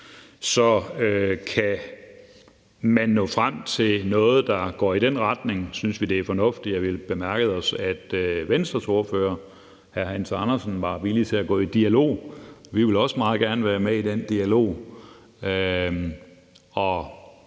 Så kan man nå frem til noget, der går i den retning, så synes vi, det er fornuftigt. Vi bemærkede os, at Venstres ordfører, hr. Hans Andersen, var villig til at gå i dialog. Vi vil også meget gerne være med i den dialog,